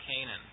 Canaan